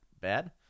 bad